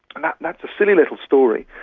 and that's that's a silly little story,